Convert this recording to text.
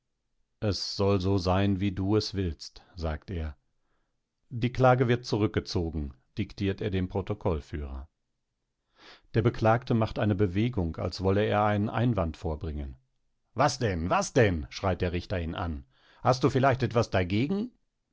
es soll so sein wie du es willst sagt er die klage wird zurückgezogen diktiert er dem protokollführer der beklagte macht eine bewegung als wolle er einen einwand vorbringen was denn was denn schreit ihn der richter an hast du vielleicht etwas dagegen